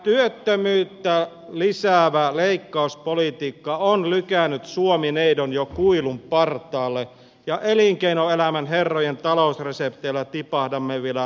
työttömyyttä lisäävä leikkauspolitiikka on lykännyt suomi neidon jo kuilun partaalle ja elinkeinoelämän herrojen talousresepteillä tipahdamme vielä rotkon pohjalle